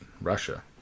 Russia